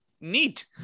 Neat